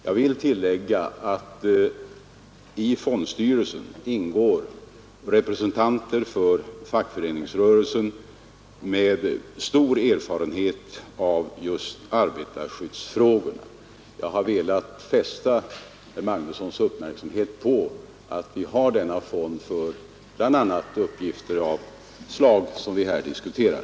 Jag vill tillägga att i fondstyrelsen ingår representanter för fackföreningsrörelsen med stor erfarenhet av just arbetarskyddsfrågorna. Jag har velat fästa herr Magnussons i Kristinehamn uppmärksamhet på att vi har denna fond för bl.a. uppgifter av det slag som vi här diskuterar.